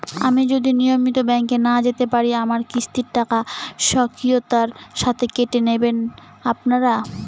আমি যদি নিয়মিত ব্যংকে না যেতে পারি আমার কিস্তির টাকা স্বকীয়তার সাথে কেটে নেবেন আপনারা?